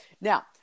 Now